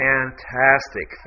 fantastic